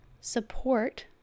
support